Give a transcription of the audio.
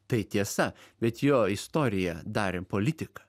tai tiesa bet jo istoriją darėm politika